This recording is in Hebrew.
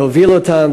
להוביל אותם,